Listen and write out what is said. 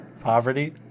poverty